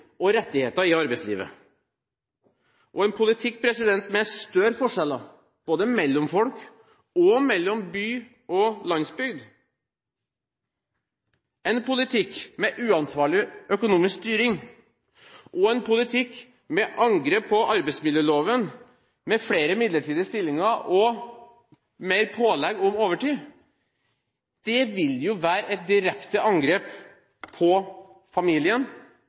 og rettigheter i arbeidslivet. Og en politikk med større forskjeller, både mellom folk og mellom by og landsbygd, en politikk med uansvarlig økonomisk styring og en politikk med angrep på arbeidsmiljøloven, med flere midlertidige stillinger og med mer pålegg om overtid, vil være et direkte angrep på familien